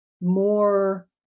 more